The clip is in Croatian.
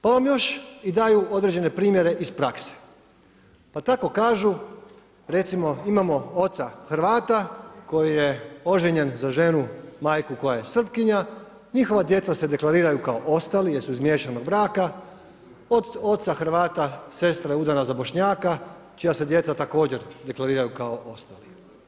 Pa vam još i daju određene primjere iz prakse pa tako kažu recimo, imamo oca Hrvata koji je oženjen za ženu majku koja je Srpkinja, njihova djeca se deklariraju kao ostali jer su iz miješanog braka, od oca Hrvata, sestra je udana za Bošnjaka čija se djeca također deklariraju kao ostali.